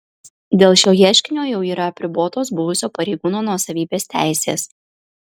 dėl šio ieškinio jau yra apribotos buvusio pareigūno nuosavybės teisės